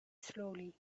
slowly